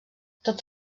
tots